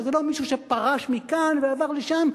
שזה לא מישהו שפרש מכאן ועבר לשם,